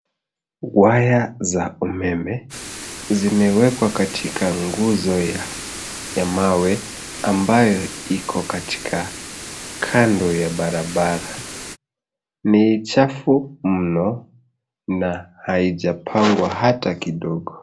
Waya za umeme zimewekwa katika nguzo ya mawe ambayo iko katika kando ya barabara. Ni chafu mno na haijapangwa hata kidogo.